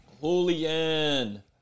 Julian